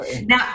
Now